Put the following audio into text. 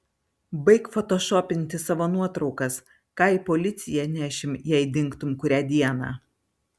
baik fotošopinti savo nuotraukas ką į policiją nešim jei dingtum kurią dieną